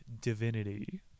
divinity